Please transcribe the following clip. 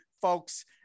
folks